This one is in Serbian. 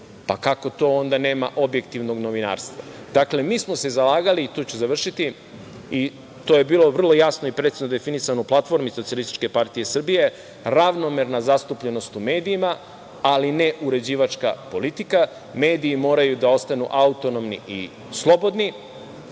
kako to onda nema objektivnog novinarstva? Dakle, mi smo se zalagali, i tu ću završiti, i to je bilo vrlo jasno i precizno definisano u platformi SPS, ravnomerna zastupljenost u medijima, ali ne uređivačka politika, jer mediji moraju da ostanu slobodni i autonomni,